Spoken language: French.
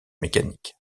mécanique